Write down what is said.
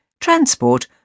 transport